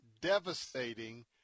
devastating